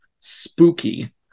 spooky